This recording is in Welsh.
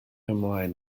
ymlaen